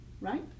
right